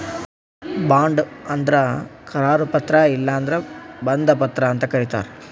bond ಅಂದ್ರ ಕರಾರು ಪತ್ರ ಇಲ್ಲಂದ್ರ ಬಂಧ ಪತ್ರ ಅಂತ್ ಕರಿತಾರ್